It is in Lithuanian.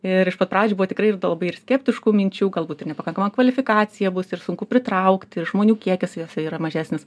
ir iš pat pradžių buvo tikrai ir labai ir skeptiškų minčių galbūt ir nepakankama kvalifikacija bus ir sunku pritraukti žmonių kiekis jose yra mažesnis